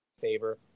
favor